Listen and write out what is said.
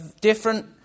different